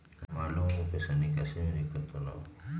हमार लोगन के पैसा निकास में दिक्कत त न होई?